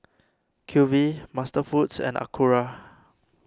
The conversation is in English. Q V MasterFoods and Acura